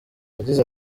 yagize